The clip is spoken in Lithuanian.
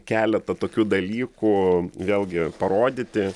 keletą tokių dalykų vėlgi parodyti